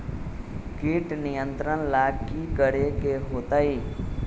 किट नियंत्रण ला कि करे के होतइ?